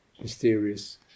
mysterious